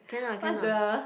what's the